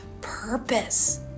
purpose